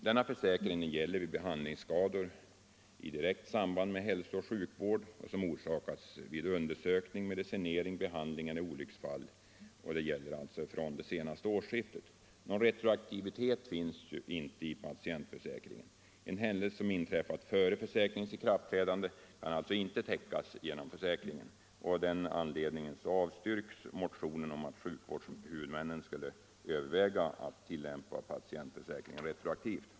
Denna försäkring gäller vid behandlingsskador i direkt samband med hälso och sjukvård som orsakats vid undersökning, medicinering, behandling eller olycksfall efter senaste årsskiftet. Någon retroaktivitet finns inte i patientförsäkringen. En händelse som inträffat före försäkringens ikraftträdande kan alltså inte täckas genom försäkringen. Av denna anledning avstyrks motionen om att sjukvårdshuvudmännen skulle överväga att tillämpa patientförsäkringen retroaktivt.